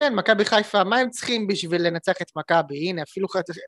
כן, מכבי חיפה, מה הם צריכים בשביל לנצח את מכבי, הנה אפילו חצי...